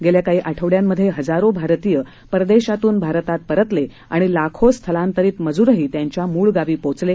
गेल्या काही आठवड्यांमधे हजारो भारतीय परदेशातून भारतात परतले आणि लाखो स्थलांतरित मजूरही त्यांच्या मूळ गावी पोचले